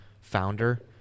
founder